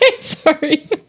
sorry